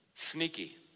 Sneaky